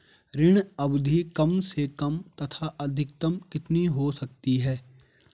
ऋण अवधि कम से कम तथा अधिकतम कितनी हो सकती है?